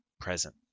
present